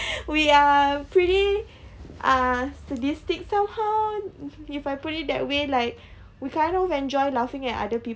we are pretty uh sadistic somehow if I put it that way like we kind of enjoy laughing at other